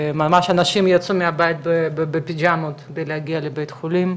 אנשים ממש יצאו מהבית בפיג'מות כדי להגיע לבית החולים,